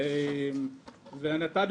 אף אחד לא היה מתייחס לזה ו --- היה עובר.